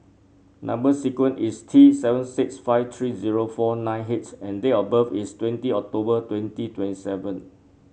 number sequence is T seven six five three zero four nine H and date of birth is twenty October twenty twenty seven